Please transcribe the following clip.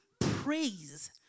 Praise